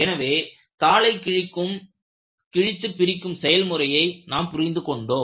எனவே தாளை கிழித்து பிரிக்கும் செயல்முறையை நாம் புரிந்து கொண்டோம்